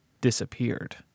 disappeared